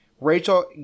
rachel